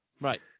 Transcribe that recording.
Right